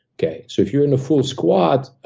okay. so if you're in a full squat,